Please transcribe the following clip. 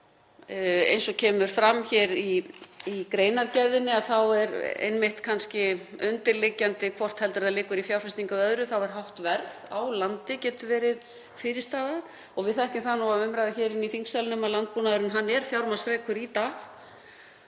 Eins og kemur fram hér í greinargerðinni er einmitt kannski undirliggjandi, hvort heldur það liggur í fjárfestingu eða öðru, að hátt verð á landi getur verið fyrirstaða. Við þekkjum það af umræðu hér inni í þingsalnum að landbúnaðurinn er fjármagnsfrekur í dag